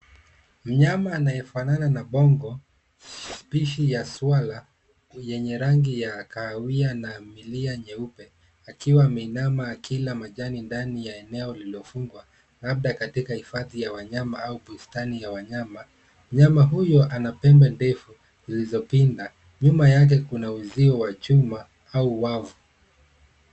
Mnyama anayefanana na bongo spishi ya swala yenye rangi ya kahawia na milia nyeupe akiwa ameinama akila majani ndani ya eneo lililofungwa labda katika hifadhi ya wanyama au bustani ya wanyama. Mnyama huyo ana pembe ndefu zilizopinda. Nyuma yake kuna uzio wa chuma au wavu.